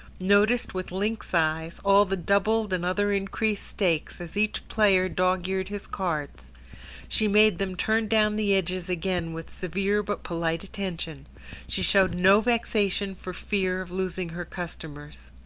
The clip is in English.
noticed with lynx-eyes all the doubled and other increased stakes, as each player dog's-eared his cards she made them turn down the edges again with severe, but polite attention she showed no vexation for fear of losing her customers.